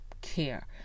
care